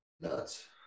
Nuts